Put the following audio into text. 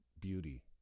beauty